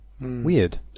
Weird